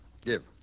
Give